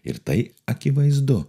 ir tai akivaizdu